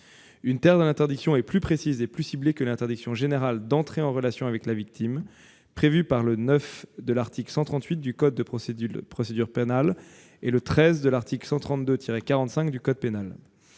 Une telle interdiction est plus précise et plus ciblée que l'interdiction générale d'entrer en relation avec la victime, prévue par le 9° de l'article 138 du code de procédure pénale et le 13° de l'article 132-45 du code pénal.